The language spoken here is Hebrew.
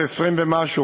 זה 20 ומשהו,